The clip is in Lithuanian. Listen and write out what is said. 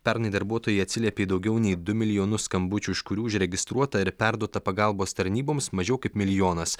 pernai darbuotojai atsiliepė į daugiau nei du milijonus skambučių iš kurių užregistruota ir perduota pagalbos tarnyboms mažiau kaip milijonas